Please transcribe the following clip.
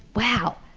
wow,